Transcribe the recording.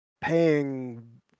paying